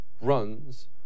runs